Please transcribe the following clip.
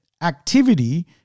activity